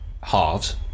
halves